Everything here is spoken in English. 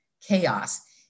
chaos